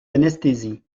anesthésie